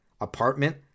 apartment